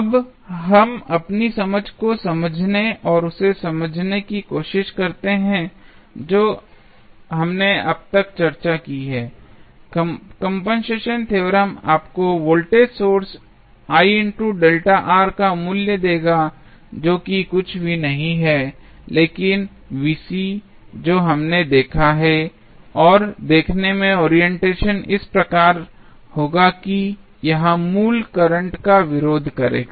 अब हम अपनी समझ को समझने और उसे समझने की कोशिश करते हैं जो हमने अब तक चर्चा की है कंपनसेशन थ्योरम आपको वोल्टेज सोर्स का मूल्य देगा जो कि कुछ भी नहीं है लेकिन जो हमने देखा है और देखने में ओरिएंटेशन इस प्रकार होगा कि यह मूल करंट का विरोध करेगा